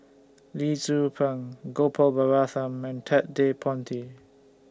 Lee Tzu Pheng Gopal Baratham and Ted De Ponti